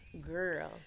girl